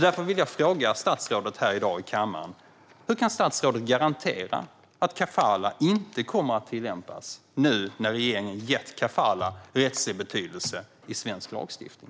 Därför vill jag fråga statsrådet i dag i kammaren följande: Hur kan statsrådet garantera att kafalah inte kommer att tillämpas nu när regeringen gett kafalah rättslig betydelse i svensk lagstiftning?